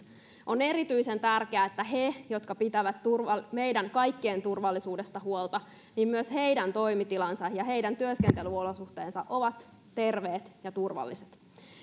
on erityisen tärkeää että myös heidän jotka pitävät meidän kaikkien turvallisuudesta huolta toimitilansa ja työskentelyolosuhteensa ovat terveet ja turvalliset